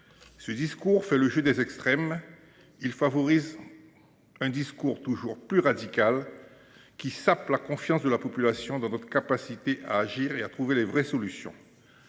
Ce discours fait le jeu des extrêmes, favorise une rhétorique toujours plus radicale, qui sape la confiance de la population dans notre capacité à agir et à trouver les véritables solutions.